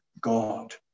God